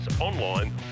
online